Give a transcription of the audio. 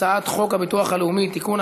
הצעת חוק הביטוח הלאומי (תיקון,